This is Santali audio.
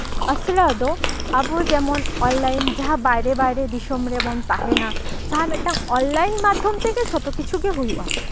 ᱟᱥᱲᱟ ᱫᱚ ᱟᱵᱚ ᱡᱮᱢᱚᱱ ᱚᱱᱞᱟᱭᱤᱱ ᱡᱟᱦᱟᱸ ᱵᱟᱭᱨᱮ ᱵᱟᱭᱨᱮ ᱫᱤᱥᱚᱢ ᱨᱮᱵᱚᱱ ᱛᱟᱦᱮᱱᱟ ᱡᱟᱦᱟᱸ ᱢᱤᱫᱴᱟᱝ ᱚᱱᱞᱟᱭᱤᱱ ᱢᱟᱫᱽᱫᱷᱚᱢ ᱛᱮᱜᱮ ᱡᱷᱚᱛᱚ ᱠᱤᱪᱷᱩᱜᱮ ᱦᱩᱭᱩᱜᱼᱟ